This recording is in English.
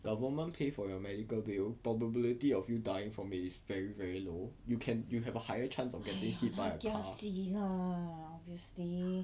!haiya! 她 kiasi lah obviously